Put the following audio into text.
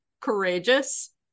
courageous